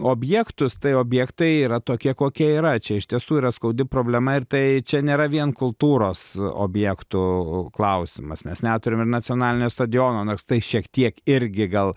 objektus tai objektai yra tokie kokie yra čia iš tiesų yra skaudi problema ir tai čia nėra vien kultūros objektų klausimas mes neturim ir nacionalinio stadiono nors tai šiek tiek irgi gal